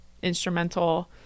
instrumental